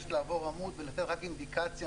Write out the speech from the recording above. אני רוצה לעבור עמוד ולתת רק אינדיקציה